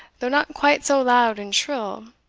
though not quite so loud and shrill,